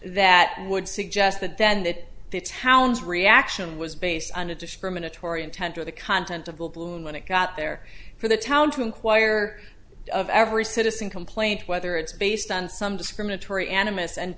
that would suggest that then that it's hounds reaction was based on a discriminatory intent or the content of the balloon when it got there for the town to inquire of every citizen complaint whether it's based on some discriminatory animus and